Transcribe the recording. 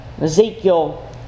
Ezekiel